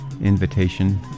invitation